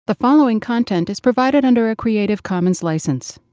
the following content is provided under a creative commons license.